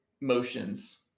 motions